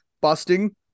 Busting